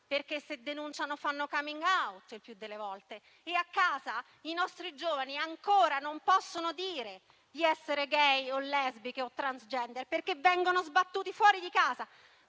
perché, denunciando, fanno *coming out* il più delle volte e a casa i nostri giovani ancora non possono dire di essere *gay*, lesbiche o *transgender* perché vengono sbattuti fuori di casa.